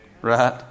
Right